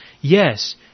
Yes